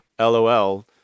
LOL